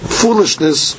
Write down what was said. foolishness